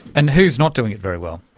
and who is not doing it very well?